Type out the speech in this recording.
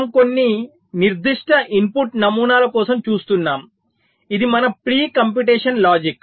మనం కొన్ని నిర్దిష్ట ఇన్పుట్ నమూనాల కోసం చూస్తున్నాము ఇది మన ప్రీ కంప్యూటేషన్ లాజిక్